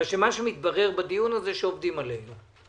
כיוון שמה שמתברר בדיון הזה הוא שעובדים עלינו.